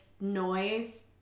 noise